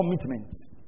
commitments